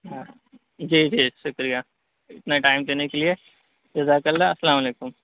ہاں جی جی شکریہ اتنا ٹائم دینے کے لیے جزاک اللہ السلام علیکم